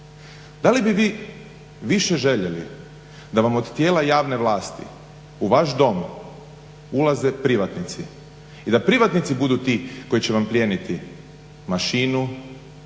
da li bi vi više željeli da vam od tijela javne vlasti u vaš dom ulaze privatnici i da privatnici budu ti koji će vam plijeniti mašinu,